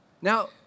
Now